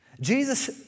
Jesus